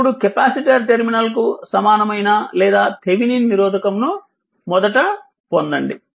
ఇప్పుడు కెపాసిటర్ టెర్మినల్కు సమానమైన లేదా థేవినిన్ నిరోధకంను మొదట పొందండి